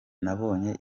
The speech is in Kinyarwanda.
nabonye